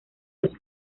los